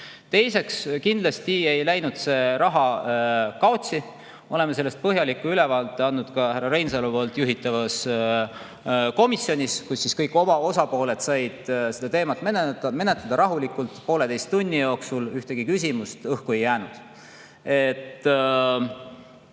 Teiseks, kindlasti ei läinud see raha kaotsi. Oleme sellest põhjaliku ülevaate andnud ka härra Reinsalu juhitavas komisjonis, kus kõik osapooled said seda teemat rahulikult pooleteise tunni jooksul arutada. Ühtegi küsimust õhku ei jäänud.